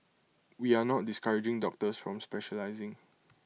we are not discouraging doctors from specialising